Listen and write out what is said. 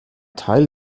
teil